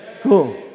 Cool